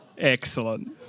Excellent